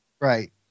right